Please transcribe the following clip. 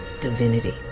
divinity